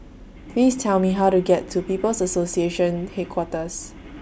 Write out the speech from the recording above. Please Tell Me How to get to People's Association Headquarters